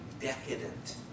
decadent